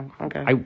okay